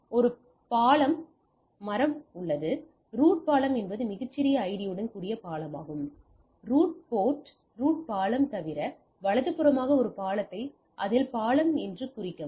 எனவே ஒரு பாலம் மரம் உள்ளது ரூட் பாலம் என்பது மிகச்சிறிய ஐடியுடன் கூடிய பாலமாகும் ரூட் பாலம் தவிர ரூட் போர்ட் வலதுபுறமாக ஒரு பாலத்தை அதில் பாலம் என்று குறிக்கவும்